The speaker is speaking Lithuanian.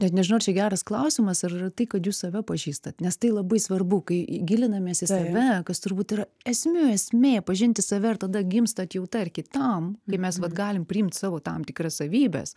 net nežinau ar čia geras klausimas ar yra tai kad jūs save pažįstat nes tai labai svarbu kai gilinamės į save kas turbūt yra esmių esmė pažinti save ir tada gimsta atjauta ir kitam kai mes vat galim priimt savo tam tikras savybes